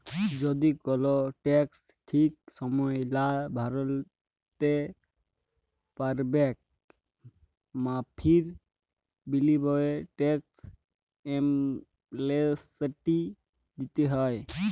যদি কল টেকস ঠিক সময়ে লা ভ্যরতে প্যারবেক মাফীর বিলীময়ে টেকস এমলেসটি দ্যিতে হ্যয়